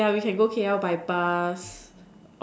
yeah we can go K_L by bus